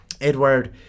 Edward